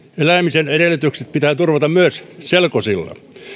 elämisen edellytykset pitää turvata myös selkosilla